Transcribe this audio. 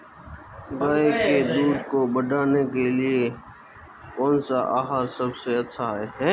गाय के दूध को बढ़ाने के लिए कौनसा आहार सबसे अच्छा है?